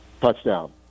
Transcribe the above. touchdown